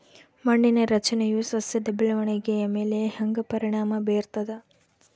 ಮಣ್ಣಿನ ರಚನೆಯು ಸಸ್ಯದ ಬೆಳವಣಿಗೆಯ ಮೇಲೆ ಹೆಂಗ ಪರಿಣಾಮ ಬೇರ್ತದ?